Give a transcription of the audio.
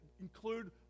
include